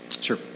Sure